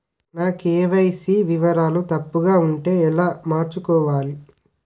నా కే.వై.సీ వివరాలు తప్పుగా ఉంటే ఎలా మార్చుకోవాలి?